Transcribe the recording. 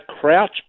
Crouch